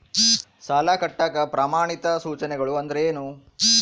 ಸಾಲ ಕಟ್ಟಾಕ ಪ್ರಮಾಣಿತ ಸೂಚನೆಗಳು ಅಂದರೇನು?